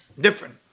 Different